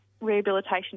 rehabilitation